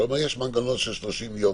אתה אומר שיש מנגנון של 30 יום.